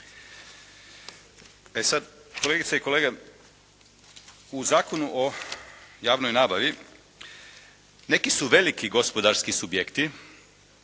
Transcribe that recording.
E sad, kolegice i kolege, u Zakonu o javnoj nabavi neki su veliki gospodarski subjekti